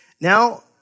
Now